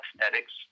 aesthetics